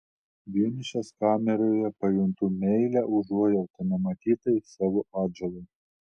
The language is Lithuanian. vienišas kameroje pajuntu meilią užuojautą nematytai savo atžalai